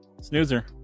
snoozer